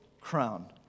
crown